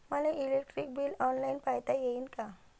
मले electric bill online पायता येईन का?